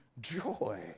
joy